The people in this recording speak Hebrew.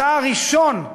אתה הראשון,